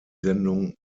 sendung